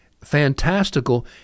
fantastical